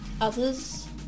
others